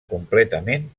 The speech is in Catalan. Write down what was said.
completament